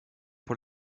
pour